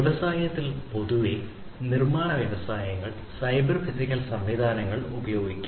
വ്യവസായത്തിൽ പൊതുവേ നിർമ്മാണ വ്യവസായങ്ങൾ സൈബർ ഫിസിക്കൽ സംവിധാനങ്ങൾ ഉപയോഗിക്കും